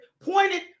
pointed